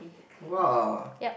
[wah]